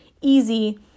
easy